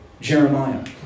Jeremiah